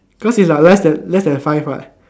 cause it's our lives than five what